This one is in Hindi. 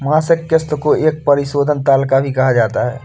मासिक किस्त को एक परिशोधन तालिका भी कहा जाता है